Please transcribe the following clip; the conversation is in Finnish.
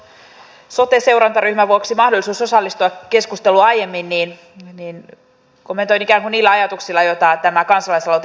kun valitettavasti ei ollut sote seurantaryhmän vuoksi mahdollisuus osallistua keskusteluun aiemmin niin kommentoin ikään kuin niillä ajatuksilla joita tämä kansalaisaloite itsessäni on herättänyt